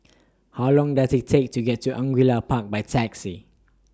How Long Does IT Take to get to Angullia Park By Taxi